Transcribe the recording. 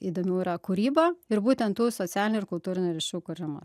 įdomiau yra kūryba ir būtent tų socialinių ir kultūrinių ryšių kūrimas